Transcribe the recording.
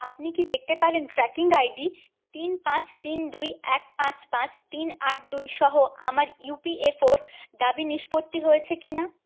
আপনি কি দেখতে পারেন ট্র্যাকিং আইডি তিন পাঁচ তিন দুই এক পাঁচ পাঁচ তিন আট দুই সহ আমার ইউপিএফও র দাবি নিষ্পত্তি হয়েছে কিনা